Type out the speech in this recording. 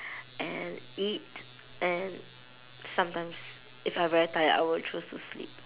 and eat and sometimes if I very tired I would choose to sleep